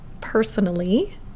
personally